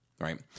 right